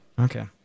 Okay